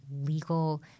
legal